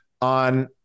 on